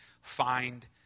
find